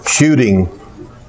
shooting